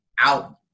out